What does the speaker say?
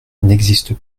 n’existe